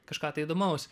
kažką tai įdomaus